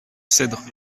cedres